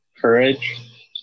courage